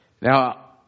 Now